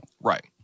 right